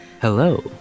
hello